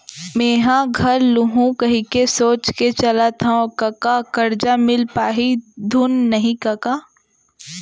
मेंहा घर लुहूं कहिके सोच के चलत हँव कका करजा मिल पाही धुन नइ कका